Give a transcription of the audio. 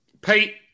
Pete